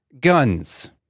guns